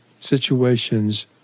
situations